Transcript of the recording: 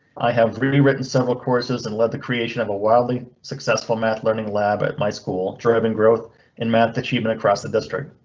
i have rewritten several courses and led the creation of a wildly successful math learning lab at my school. driving growth in math achievement across the district.